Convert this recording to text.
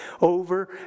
over